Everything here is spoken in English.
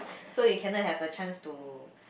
so you cannot have a chance to